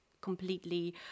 completely